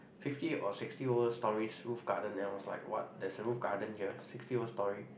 fifty or sixty over stories roof garden and I was like what there's a roof garden here sixty over story